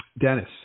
Dennis